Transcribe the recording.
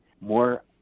more